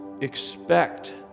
expect